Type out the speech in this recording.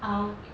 I'll